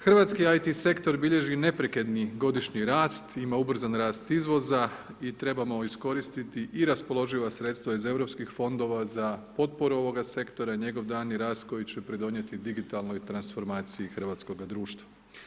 Hrvatski IT sektor, bilježi neprekidni godišnji rast, ima ubrzani rast izvoza i trebamo iskoristiti i raspoloživa sredstava iz europskih fondova, za potporu ovog sektora i njegov daljnji rat, koji će pridonijeti digitalnoj transformaciji hrvatskoga društva.